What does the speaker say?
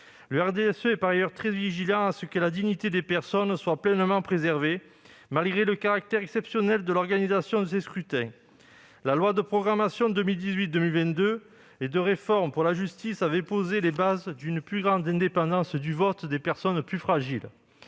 Le RDSE est par ailleurs très vigilant à ce que la dignité des personnes soit pleinement préservée, malgré le caractère exceptionnel de l'organisation de ces scrutins. La loi du 23 mars 2019 de programmation 2018-2022 et de réforme pour la justice avait posé les bases d'une plus grande indépendance du vote des personnes plus fragiles.